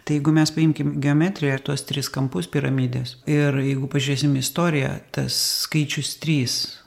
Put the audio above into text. tai jeigu mes paimkim geometriją ir tuos tris kampus piramidės ir jeigu pažiūrėsim į istoriją tas skaičius trys